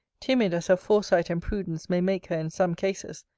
timid as her foresight and prudence may make her in some cases,